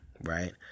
right